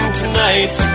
tonight